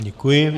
Děkuji.